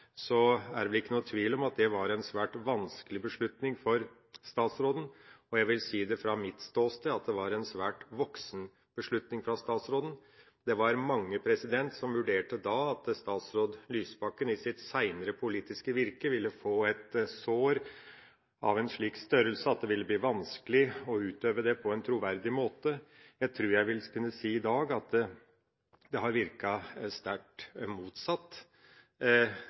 en svært vanskelig beslutning for statsråden, og jeg vil fra mitt ståsted si at det var en svært voksen beslutning av statsråden. Det var mange som da vurderte det slik at statsråd Lysbakken ville få et sår av en slik størrelse at det senere ville bli vanskelig for ham å utøve et politisk virke på en troverdig måte. Jeg tror jeg i dag vil kunne si at det har virket stikk motsatt.